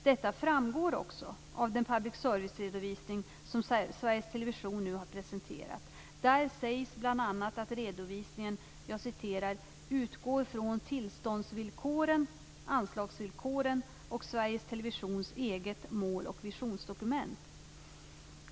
Detta framgår också av den public serviceredovisning som Sveriges Television nu har presenterat. Där sägs bl.a. att redovisningen "utgår från tillståndsvillkoren, anslagsvillkoren och Sveriges Televisions eget mål och visionsdokument."